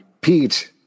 Pete